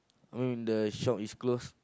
I mean the shop is closed